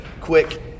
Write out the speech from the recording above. quick